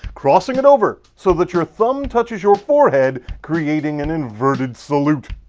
cross like it over so but your thumb touches your forehead creating an inverted salute.